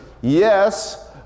yes